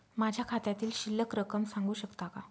माझ्या खात्यातील शिल्लक रक्कम सांगू शकता का?